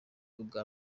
ubwa